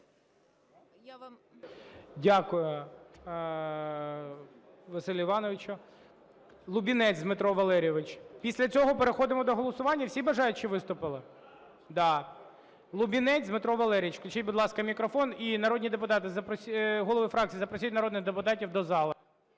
Дякую, Василь Іванович. Лубінець Дмитро Валерійович. Після цього переходимо до голосування. Всі бажаючі виступили? Да. Лубінець Дмитро Валерійович, включіть, будь ласка, мікрофон. І, голови фракцій, запросіть народних депутатів до зали.